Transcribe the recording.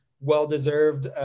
well-deserved